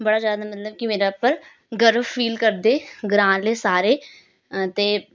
बड़ा ज्यादा मतलब कि मेरा उप्पर गर्व फील करदे ग्रांऽ आह्ले सारे ते